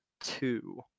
Two